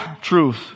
truth